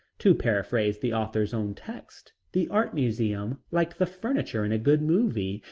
to paraphrase the author's own text, the art museum, like the furniture in a good movie,